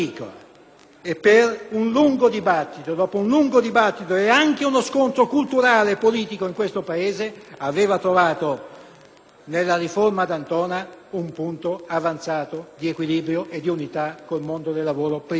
dopo un lungo dibattito, nonché uno scontro culturale e politico in questo Paese, aveva trovato nella riforma D'Antona un punto avanzato di equilibrio e di unità con il mondo del lavoro privato.